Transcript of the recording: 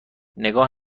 نگاه